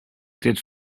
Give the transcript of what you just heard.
did